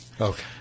Okay